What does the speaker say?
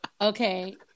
okay